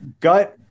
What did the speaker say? gut